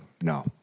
No